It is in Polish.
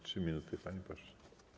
3 minuty, panie pośle.